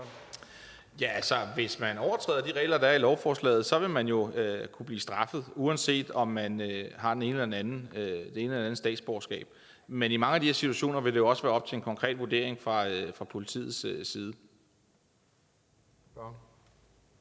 (DF): Hvis man overtræder de regler, der er i lovforslaget, vil man jo kunne blive straffet, uanset om man har det ene eller det andet statsborgerskab. Men i mange af de her situationer vil det også være op til en konkret vurdering fra politiets side.